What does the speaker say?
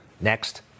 Next